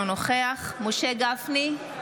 אינו נוכח משה גפני,